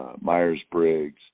Myers-Briggs